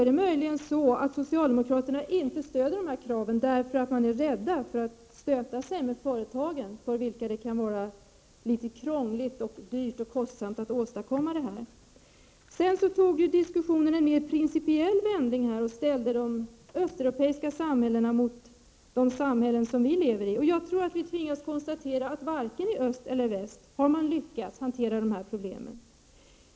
Är det möjligen så, att socialdemokraterna inte stöder detta krav därför att de är rädda för att stöta sig med företagen, för vilka det kan vara litet krångligt och kostsamt att åstadkomma dessa specifikationer? Sedan tog diskussionen en mer principiell vändning. De östeuropeiska samhällena ställdes mot de samhällen som vi lever i. Jag tror att vi tvingas konstatera att man varken i öst eller väst har lyckats hantera dessa problem.